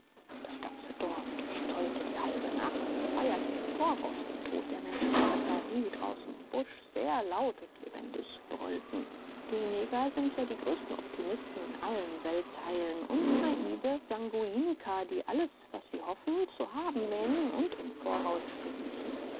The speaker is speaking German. das ganze dorf durchtollte die halbe nacht und feierte im voraus den tod der menschenfresser die draußen im busch sehr laut und lebendig brüllten die neger sind ja die größten optimisten in allen weltteilen und naive sanguiniker die alles was sie hoffen zu haben wähnen und im voraus genießen